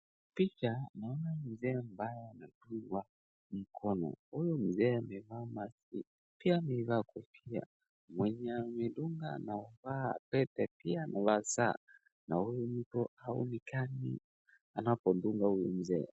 Picha naona mzee ambaye amedungwa mkono. Huyu mzee amevaa maski, pia amevaa kofia. Mwenye anamdunga amevaa pete pia amevaa saa na huyu mtu haonekani anapodunga huyu mzee.